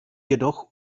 jedoch